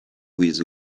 with